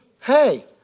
Hey